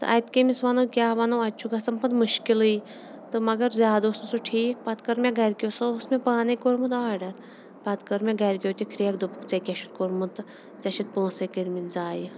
تہٕ اَتہِ کٔمِس وَنو کیٛاہ وَنو اَتہِ چھُ گژھان پَتہٕ مُشکِلٕے تہٕ مگر زیادٕ اوس نہٕ سُہ ٹھیٖک پَتہٕ کٔر مےٚ گَرِکیو سُہ اوس مےٚ پانَے کوٚرمُت آرڈر پَتہٕ کٔر مےٚ گَرِکیو تہِ کھرٛٮ۪کھ دوٚپُکھ ژےٚ کیٛاہ چھُتھ کوٚرمُت ژےٚ چھِتھ پونٛسَے کٔرۍ مٕتۍ زایہِ